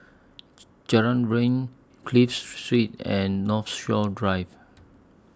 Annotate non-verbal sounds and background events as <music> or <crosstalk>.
<noise> Jalan Riang Clive Street and Northshore Drive